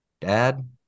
dad